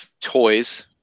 toys